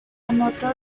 anotó